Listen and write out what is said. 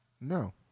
no